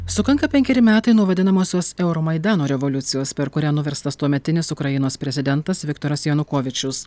sukanka penkeri metai nuo vadinamosios euromaidano revoliucijos per kurią nuverstas tuometinis ukrainos prezidentas viktoras janukovyčius